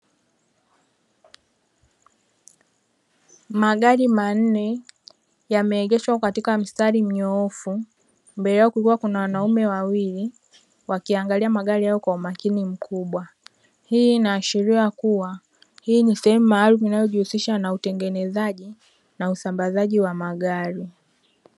Magari manne yameegeshwa katika mstari mnyoofu, mbele yao kulikuwa na wanaume wawili wakiangalia magari yao kwa umakini mkubwa, hii inaashiria kuwa hii ni sehemu maalumu inayojihusisha na utengenezaji na usambazaji wa magari.